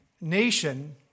nation